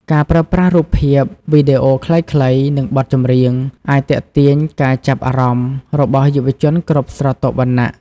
ការប្រើប្រាស់រូបភាព វីដេអូខ្លីៗ និងបទចម្រៀង អាចទាក់ទាញការចាប់អារម្មណ៍របស់យុវជនគ្រប់ស្រទាប់វណ្ណៈ។